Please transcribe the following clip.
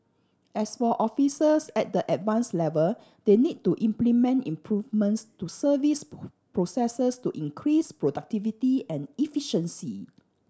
as for officers at the Advanced level they need to implement improvements to service processes to increase productivity and efficiency